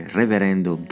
reverendo